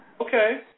Okay